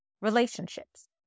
relationships